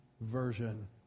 version